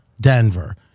Denver